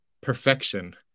perfection